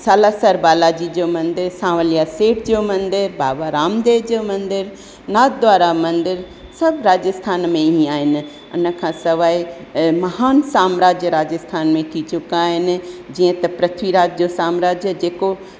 सालासर बालाजी जो मंदरु सांवलिया सेठ जो मंदरु बाबा रामदेव जो मंदरु नाथ द्वारा मंदरु सभु राजस्थान में ई आहिनि उन खां सवाइ महान साम्राज्य राजस्थान में थी चुका आहिनि जीअं त पृथ्वी राज जो साम्राज्य जेको